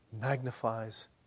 magnifies